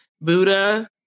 Buddha